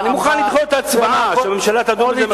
אני מוכן לדחות את ההצבעה והממשלה תדון בזה מחדש.